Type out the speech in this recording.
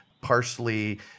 parsley